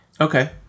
Okay